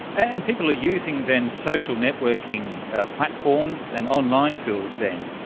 and people are using, then, social networking platforms and online tools, then,